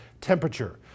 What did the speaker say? temperature